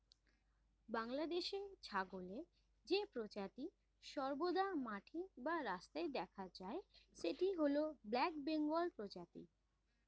বাংলাদেশে ছাগলের যে প্রজাতি সর্বদা মাঠে বা রাস্তায় দেখা যায় সেটি হল ব্ল্যাক বেঙ্গল প্রজাতি